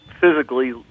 physically